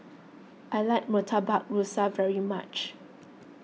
I like Murtabak Rusa very much